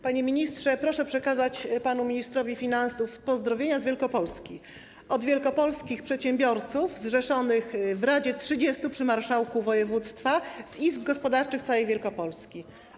Panie ministrze, proszę przekazać panu ministrowi finansów pozdrowienia z Wielkopolski, od wielkopolskich przedsiębiorców zrzeszonych w radzie trzydziestu przy marszałku województwa z izb gospodarczych całej Wielkopolski.